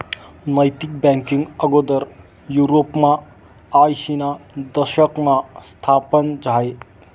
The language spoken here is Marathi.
नैतिक बँकींग आगोदर युरोपमा आयशीना दशकमा स्थापन झायं